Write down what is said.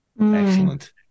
Excellent